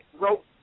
wrote